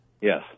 Yes